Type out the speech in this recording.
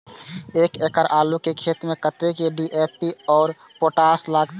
एक एकड़ आलू के खेत में कतेक डी.ए.पी और पोटाश लागते?